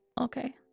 okay